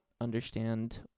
understand